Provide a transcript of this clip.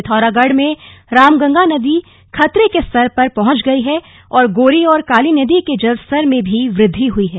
पिथौरागढ़ में रामंगगा नदी अपने खतरे के स्तर पर पहुंच गई है और गोरी और काली नदी के जल स्तर में भी वृद्धि हुई है